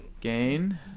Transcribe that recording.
Gain